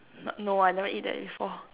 n~ no I never eat that before